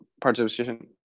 participation